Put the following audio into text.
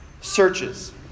searches